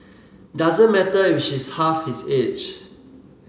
doesn't matter if she's half his age